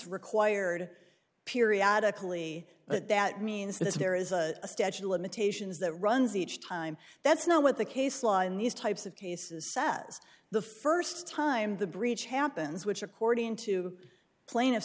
required periodically but that means that there is a statute of limitations that runs each time that's not what the case law in these types of cases sat the st time the breach happens which according to pla